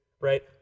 right